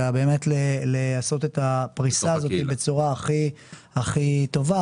אלא באמת לעשות את הפריסה הזו בצורה הכי טובה,